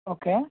okay